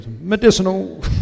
medicinal